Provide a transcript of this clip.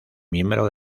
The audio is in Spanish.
miembro